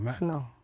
No